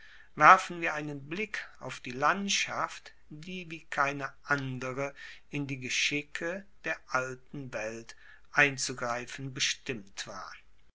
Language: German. werfen wir einen blick auf die landschaft die wie keine andere in die geschicke der alten welt einzugreifen bestimmt war